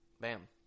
Bam